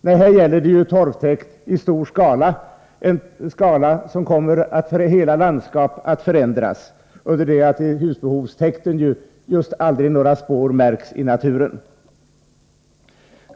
Nej, här gäller det torvtäkt i stor skala — i så stor skala att hela landskap kan komma att förändras — medan husbehovstäkten egentligen aldrig lämnar några spår efter sig i naturen.